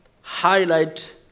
highlight